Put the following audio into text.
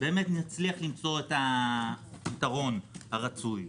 נצליח למצוא את הפתרון הרצוי.